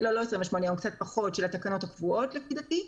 ואנחנו נמצאים ארבעה ימים אחרי שהתקנות היו אנחנו די מבולבלים.